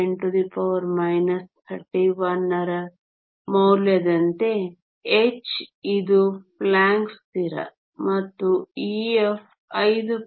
1 x 10 31 ರ ಮೌಲ್ಯದಂತೆ h ಇದು ಪ್ಲಾಂಕ್ನ ಸ್ಥಿರ ಮತ್ತು Ef 5